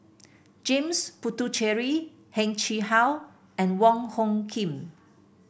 James Puthucheary Heng Chee How and Wong Hung Khim